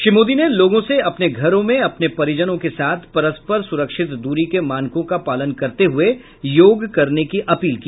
श्री मोदी ने लोगों से अपने घरों में अपने परिजनों के साथ परस्पर सुरक्षित दूरी के मानकों का पालन करते हुए योग करने की अपील की